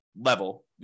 level